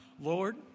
Lord